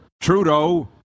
Trudeau